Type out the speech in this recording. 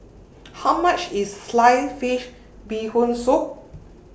How much IS Sliced Fish Bee Hoon Soup